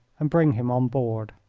and bring him on board.